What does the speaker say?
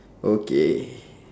okay